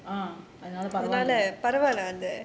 அதுனால பரவால்ல:athunaala paravaalla